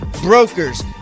brokers